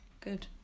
Good